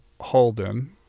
holden